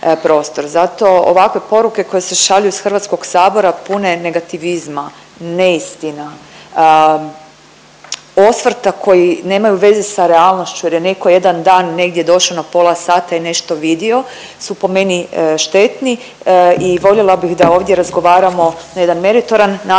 Zato ovakve poruke koje se šalju iz Hrvatskog sabora pune negativizma, neistina, osvrta koji nemaju veze s realnošću jer je netko jedan dan negdje došao na pola sata i nešto vidio su po meni štetni i voljela bi da ovdje razgovaramo na jedan meritoran način